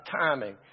timing